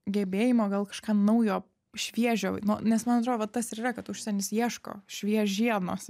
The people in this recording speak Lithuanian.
gebėjimo gal kažką naujo šviežio nu nes man atrodo va tas ir yra kad užsienis ieško šviežienos